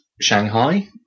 Shanghai